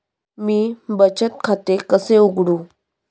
मी बचत खाते कसे उघडू?